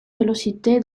vélocité